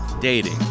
dating